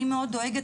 אני מאוד דואגת,